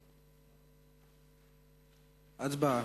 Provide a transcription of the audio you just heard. הצבעה.